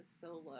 solo